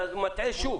אתה שוב מטעה.